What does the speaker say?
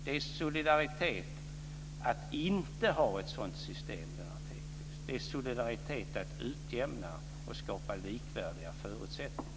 Det är solidaritet att inte ha ett sådant system, Lennart Hedquist. Det är solidaritet att utjämna och skapa likvärdiga förutsättningar.